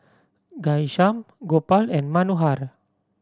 Ghanshyam Gopal and Manohar